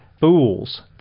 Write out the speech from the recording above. fools